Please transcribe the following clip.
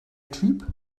typ